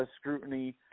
scrutiny